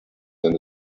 than